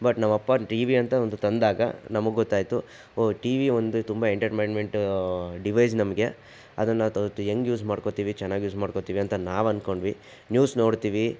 but ನಮ್ಮಪ್ಪ T V ಅಂತ ಒಂದು ತಂದಾಗ ನಮಗೆ ಗೊತ್ತಾಯಿತು ಓ ಟಿ ವಿ ಒಂದು ತುಂಬ ಎಂಟಟೈನ್ಮೆಂಟು ಡಿವೈಸ್ ನಮಗೆ ಅದನ್ನು ತ ಹೇಗೆ ಯೂಸ್ ಮಾಡ್ಕೊತೀವಿ ಚೆನ್ನಾಗಿ ಯೂಸ್ ಮಾಡ್ಕೊತೀವಿ ಅಂತ ನಾವು ಅಂದ್ಕೊಂಡ್ವಿ ನ್ಯೂಸ್ ನೋಡ್ತೀವಿ